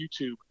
YouTube